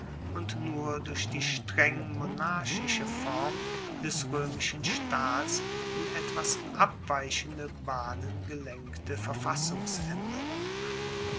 und nur durch die streng monarchische form des roemischen staats in etwas abweichende bahnen gelenkte verfassungsaenderung